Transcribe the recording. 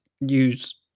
use